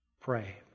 Pray